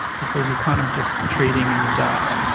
because you're kind of just treating in the dark.